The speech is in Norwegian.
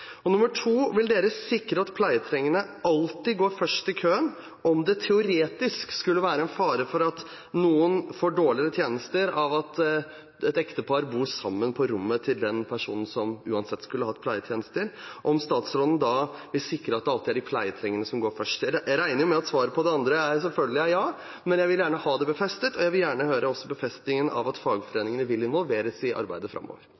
Og nummer to: Vil man sikre at pleietrengende alltid går først i køen om det teoretisk skulle være en fare for at noen får dårligere tjenester – hvis et ektepar bor sammen på rommet til den personen som uansett skulle hatt pleietjenester, vil statsråden da sikre at det alltid er den pleietrengende som går først? Jeg regner jo med at svaret på det andre selvfølgelig er ja, men jeg vil gjerne ha det befestet, og jeg vil gjerne også høre befestningen av at fagforeningene vil involveres i arbeidet framover.